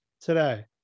today